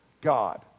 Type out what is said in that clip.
God